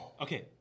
okay